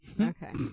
Okay